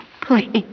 Please